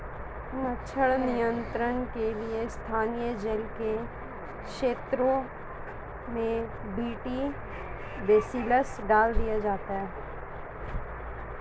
मच्छर नियंत्रण के लिए स्थानीय जल के स्त्रोतों में बी.टी बेसिलस डाल दिया जाता है